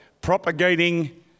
propagating